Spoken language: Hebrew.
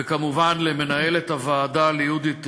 וכמובן למנהלת הוועדה יהודית גידלי,